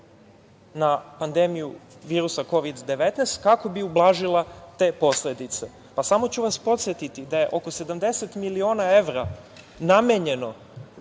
na pandemiju virusa Kovid – 19, kako bi ublažila te posledice. Samo ću vas podsetiti da je oko 70 miliona evra namenjeno